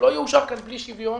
שלא יאושר כאן בלי שוויון,